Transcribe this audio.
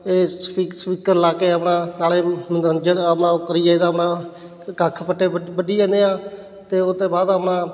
ਇਹ ਸਪੀ ਸਪੀਕਰ ਲਾ ਕੇ ਆਪਣਾ ਨਾਲੇ ਮਨੋਰੰਜਨ ਆਪਣਾ ਉਹ ਕਰੀ ਜਾਈਦਾ ਆਪਣਾ ਕੱਖ ਪੱਠੇ ਵ ਵੱਢੀ ਜਾਂਦੇ ਹਾਂ ਅਤੇ ਉਹਤੇ ਬਾਅਦ ਆਪਣਾ